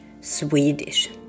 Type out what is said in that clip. Swedish